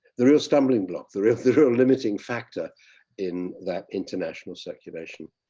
the real stumbling block, the real the real limiting factor in that international circulation.